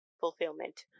fulfillment